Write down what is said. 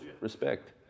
Respect